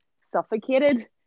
suffocated